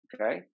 Okay